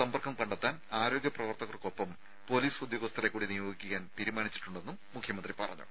സമ്പർക്കം കണ്ടെത്താൻ ആരോഗ്യ പ്രവർത്തകർക്കൊപ്പം പൊലീസ് ഉദ്യോഗസ്ഥരെക്കൂടി നിയോഗിക്കാൻ തീരുമാനിച്ചിട്ടുണ്ടെന്നും മുഖ്യമന്ത്രി പറഞ്ഞു